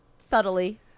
subtly